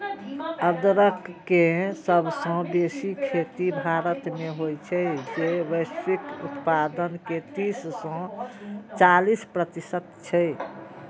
अदरक के सबसं बेसी खेती भारत मे होइ छै, जे वैश्विक उत्पादन के तीस सं चालीस प्रतिशत छै